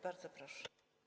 Bardzo proszę.